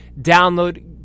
download